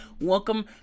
welcome